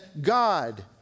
God